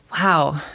Wow